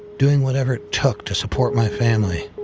doing whatever it took to support my family.